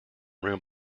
room